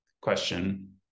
question